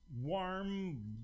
warm